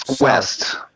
West